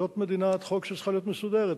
זאת מדינת חוק שצריכה להיות מסודרת.